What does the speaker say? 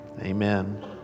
Amen